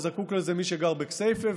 וזקוק לזה מי שגר בכסייפה,